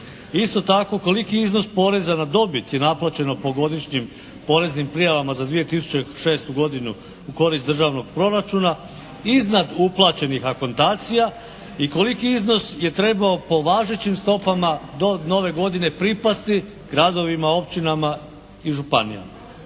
Isto tako koliki je iznos poreza na dobit i naplaćeno po godišnjim poreznim prijavama za 2006. godinu u korist državnog proračuna iznad uplaćenih akontacija i koliki iznos je trebao po važećim stopama do nove godine pripasti gradovima, općinama i županijama.